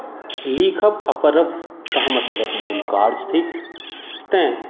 लिखब आ पढ़ब तऽ हमरसभक मूल कार्य थिक तैंँ